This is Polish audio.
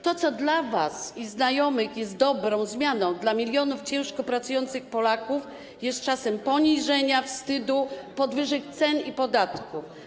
To, co dla was i znajomych jest dobrą zmianą, dla milionów ciężko pracujących Polaków jest czasem poniżenia, wstydu, podwyżek cen i podatków.